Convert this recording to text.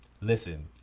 listen